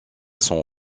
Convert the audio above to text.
son